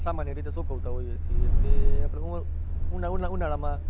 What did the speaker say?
સામાન્ય રીતે સુકવતા હોઈએ છીએ કે આપળે ઉવા ઉના ઉના ઉનાળામાં